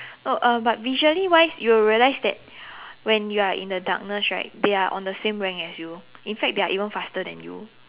no uh but visually wise you'll realize that when you're in the darkness right they are on the same rank as you in fact they're even faster than you